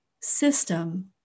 system